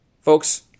Folks